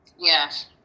Yes